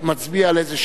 מצביע על איזו,